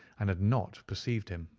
and had not perceived him.